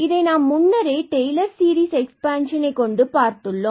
இதை நாம் முன்னரே டெய்லர் சீரிஸ் எக்ஸ்பேன்சனில் க்கொண்டு பார்த்துள்ளோம்